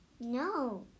No